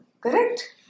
Correct